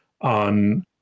on